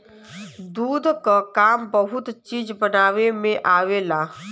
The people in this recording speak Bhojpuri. दूध क काम बहुत चीज बनावे में आवेला